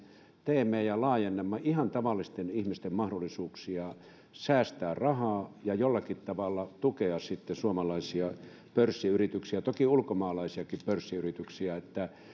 teemme ja laajennamme ihan tavallisten ihmisten mahdollisuuksia säästää rahaa ja sitten jollakin tavalla tukea suomalaisia pörssiyrityksiä toki ulkomaalaisiakin pörssiyrityksiä